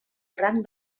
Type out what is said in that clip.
rang